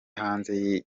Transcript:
hanze